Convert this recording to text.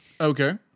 Okay